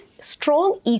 strong